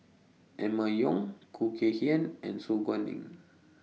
Emma Yong Khoo Kay Hian and Su Guaning